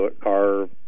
car